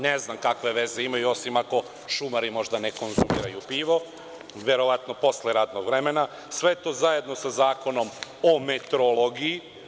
Ne znam kakve veze imaju, osim ako šumari ne konzumiraju pivo, verovatno posle radnog vremena, a sve to zajedno sa Zakonom o meteorologiji.